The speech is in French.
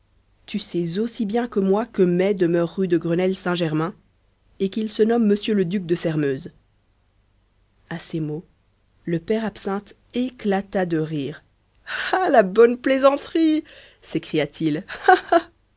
tu sais aussi bien que moi que mai demeure rue de grenelle saint germain et qu'il se nomme m le duc de sairmeuse à ces mots le père absinthe éclata de rire ah la bonne plaisanterie